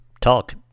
talk